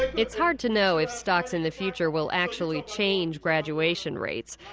it's hard to know if stocks in the future will actually change graduation rates.